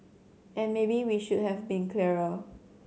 and maybe we should have been clearer